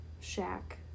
shack